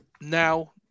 now